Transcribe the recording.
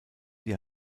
die